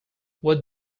what